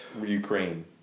Ukraine